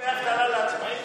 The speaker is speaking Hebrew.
דמי אבטלה לעצמאים.